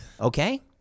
Okay